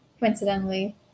Coincidentally